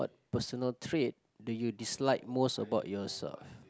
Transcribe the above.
personal trait do you dislike most about yourself